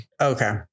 Okay